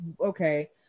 okay